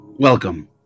Welcome